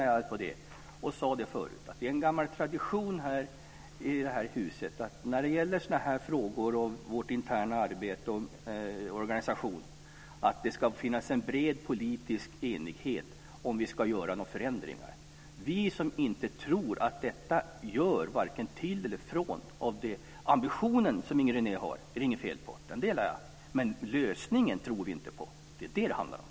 Jag sade att det är en gammal tradition här i huset att när det gäller frågor om vårt interna arbete och organisation ska det finnas en bred politisk enighet om vi ska göra några förändringar. Vi tror inte att detta gör vare sig till eller ifrån. Inger Renés ambition är det inget fel på. Den delar vi, men lösningen tror vi inte på.